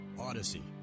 Odyssey